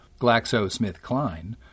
GlaxoSmithKline